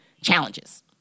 challenges